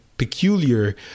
peculiar